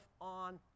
on